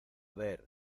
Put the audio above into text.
ver